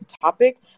topic